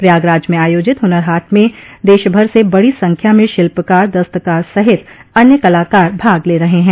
प्रयागराज में आयोजित हुनर हाट में देश भर से बड़ी संख्या में शिल्पकार दस्तकार सहित अन्य कलाकार भाग ले रहे हैं